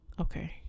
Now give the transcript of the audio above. okay